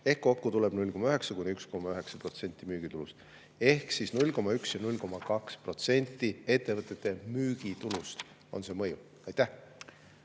kokku tuleb 0,9–1,9% müügitulust. Ehk 0,1–0,2% ettevõtete müügitulust on see mõju. Aitäh,